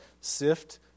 sift